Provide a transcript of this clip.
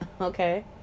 okay